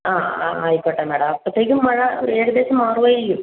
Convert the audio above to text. ആ ആ ആയിക്കോട്ടെ മാഡം അപ്പത്തേക്കും മഴ ഏകദേശം മാറുവായിരിക്കും